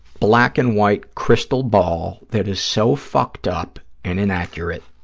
black-and-white crystal ball that is so fucked up and inaccurate,